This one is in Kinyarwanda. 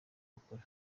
bakora